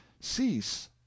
cease